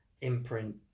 imprint